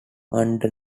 under